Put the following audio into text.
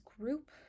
group